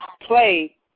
play